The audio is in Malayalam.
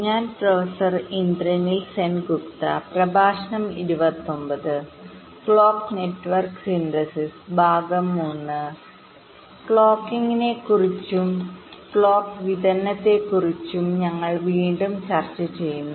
ക്ലോക്കിംഗിനെക്കുറിച്ചും ക്ലോക്ക് വിതരണത്തെക്കുറിച്ചുംഞങ്ങൾ വീണ്ടും ചർച്ച ചെയ്യുന്നു